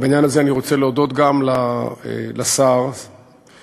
בעניין הזה אני רוצה להודות גם לשר אורבך,